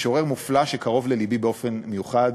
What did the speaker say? משורר מופלא שקרוב ללבי באופן מיוחד,